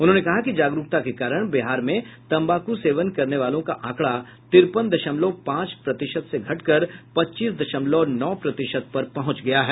उन्होंने कहा कि जागरूकता के कारण बिहार में तम्बाकू सेवन करने वालो का आंकड़ा तिरपन दशमलव पांच प्रतिशत से घटकर पच्चीस दशमलव नौ प्रतिशत पर पहुंच गया है